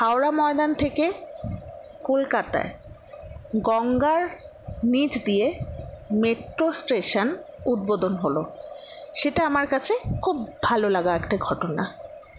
হাওড়া ময়দান থেকে কলকাতায় গঙ্গার নীচ দিয়ে মেট্রো স্টেশান উদ্বোধন হল সেটা আমার কাছে খুব ভালো লাগা একটা ঘটনা